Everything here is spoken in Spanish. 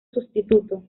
sustituto